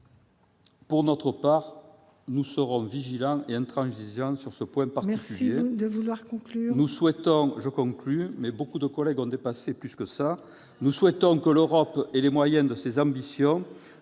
Pour notre part, nous serons vigilants et intransigeants sur ce point particulier.